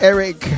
Eric